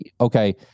okay